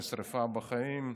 נשרפה בחיים,